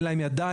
אין להם ידיים,